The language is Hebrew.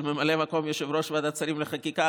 של ממלא מקום יושב-ועדת השרים לחקיקה,